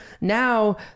now